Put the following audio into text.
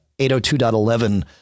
802.11